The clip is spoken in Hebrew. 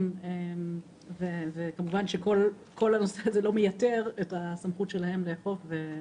כל הנושא הזה לא מייתר את הסמכות שלהם לאכוף.